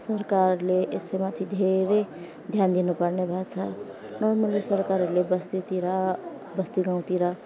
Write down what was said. सरकारले यसैमाथि धेरै ध्यान दिनुपर्ने भएको छ नर्मली सरकारहरूले दसैँतिर बस्ती गाउँतिर